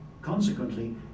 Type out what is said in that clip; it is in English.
Consequently